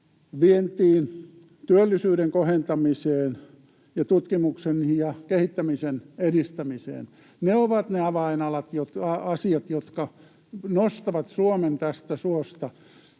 vientiin, työllisyyden kohentamiseen ja tutkimuksen ja kehittämisen edistämiseen. Ne ovat ne avainasiat, jotka nostavat Suomen tästä suosta.